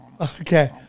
Okay